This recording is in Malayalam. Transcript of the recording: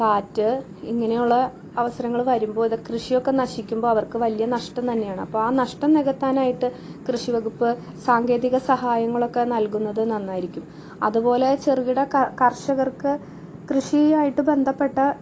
കാറ്റ് ഇങ്ങനെയുള്ള അവസരങ്ങൾ വരുമ്പോൾ ഇത് കൃഷിയൊക്കെ നശിക്കുമ്പോൾ അവർക്ക് വലിയ നഷ്ടം തന്നെയാണ് അപ്പം ആ നഷ്ടം നികത്തനായിട്ട് കൃഷി വകുപ്പ് സാങ്കേതിക സഹായങ്ങളൊക്കെ നൽകുന്നത് നന്നായിരിക്കും അതുപോലെ ചെറുകിട കർഷകർക്ക് കൃഷി ആയിട്ട് ബന്ധപ്പെട്ട